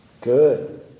Good